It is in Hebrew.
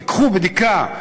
ייקחו בדיקה,